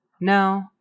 no